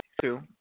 two